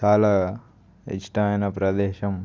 చాలా ఇష్టమైన ప్రదేశం